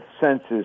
census